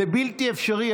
זה בלתי אפשרי.